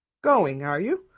going, are you?